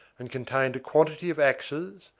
and contained a quantity of axes,